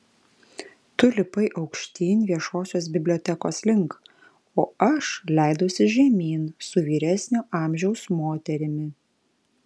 tu lipai aukštyn viešosios bibliotekos link o aš leidausi žemyn su vyresnio amžiaus moterimi